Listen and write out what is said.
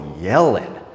yelling